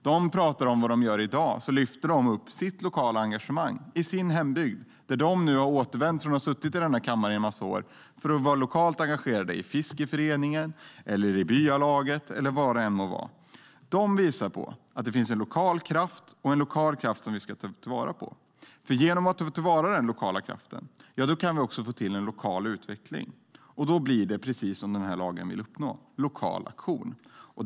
När de talar om vad de gör i dag lyfter de fram sitt lokala engagemang i sin hembygd dit de nu har återvänt från att ha suttit i denna kammare i en massa år för att bli lokalt engagerade i fiskeföreningen, i byalaget eller vad det än må vara. De visar att det finns en lokal kraft och en lokal kraft som vi ska ta vara på. Genom att ta den lokala kraften till vara kan vi också få till en lokal utveckling, och då blir det precis det vi vill uppnå med lagen: lokal aktion.